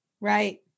right